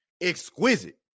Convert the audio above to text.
exquisite